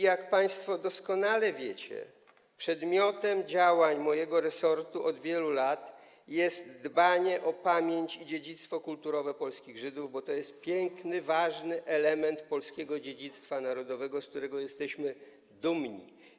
Jak państwo doskonale wiecie, przedmiotem działań mojego resortu od wielu lat jest dbanie o pamięć i dziedzictwo kulturowe polskich Żydów, bo to piękny, ważny element polskiego dziedzictwa narodowego, z którego jesteśmy dumni.